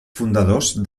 fundadors